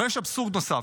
אבל יש אבסורד נוסף,